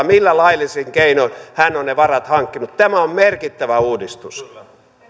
millä laillisin keinoin hän on ne varat hankkinut tämä on merkittävä uudistus